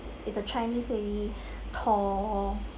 is the chinese lady tall